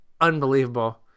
unbelievable